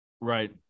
Right